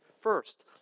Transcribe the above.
first